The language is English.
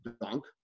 dunk